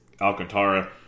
Alcantara